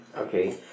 okay